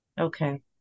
Okay